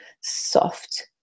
soft